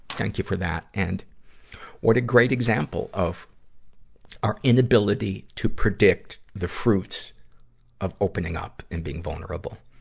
thank you for that. and what a great example of our inability to predict the fruits of opening up and being vulnerable.